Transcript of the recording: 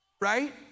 right